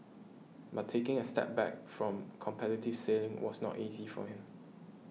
but taking a step back from competitive sailing was not easy for him